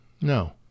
No